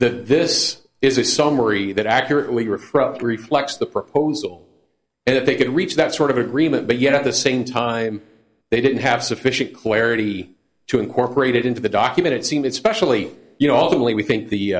that this is a summary that accurately reflect reflects the proposal if they could reach that sort of agreement but yet at the same time they didn't have sufficient clarity to incorporate it into the document it seemed specially you know all the way we think the